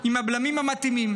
עם הבלמים המתאימים.